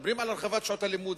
מדברים על הרחבת שעות הלימוד,